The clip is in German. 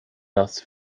das